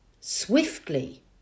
Swiftly